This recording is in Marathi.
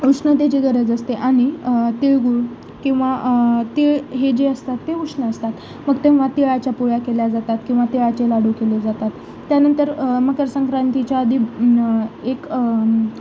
उष्णतेची गरज असते आणि तेिळगूळ किंवा तिळ हे जे असतात ते उष्ण असतात मग तेव्हा तिळाच्या पोळ्या केल्या जातात किंवा तिळाचे लाडू केले जातात त्यानंतर मकर संक्रांतीच्या आदी एक